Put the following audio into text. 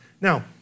Now